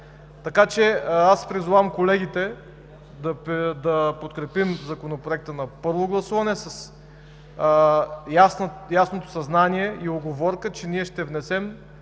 санкция. Призовавам колегите да подкрепим Законопроекта на първо гласуване с ясното съзнание и уговорка, че ние ще внесем